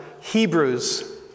Hebrews